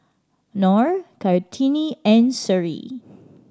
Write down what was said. Nor Kartini and Seri